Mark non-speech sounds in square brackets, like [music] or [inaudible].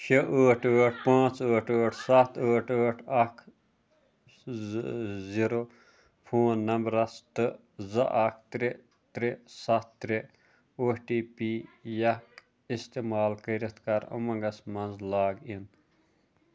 شےٚ ٲٹھ ٲٹھ پانژھ ٲٹھ ٲٹھ سَتھ ٲٹھ ٲٹھ اکھ [unintelligible] زیٖرو فون نمبرَس تہٕ زٕ اکھ ترٛےٚ ترٛےٚ سَتھ ترٛےٚ او ٹی پی یَک استعمال کٔرِتھ کر اُمنٛگس مَنٛز لاگ اِن